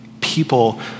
people